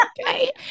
Okay